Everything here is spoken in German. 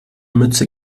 mütze